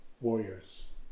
Warriors